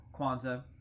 Kwanzaa